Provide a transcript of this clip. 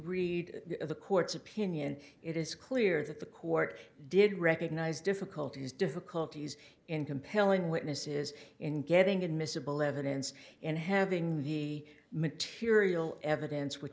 read the court's opinion it is clear that the court did recognize difficulties difficulties in compelling witnesses in getting admissible evidence and having the material evidence which